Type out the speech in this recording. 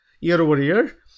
year-over-year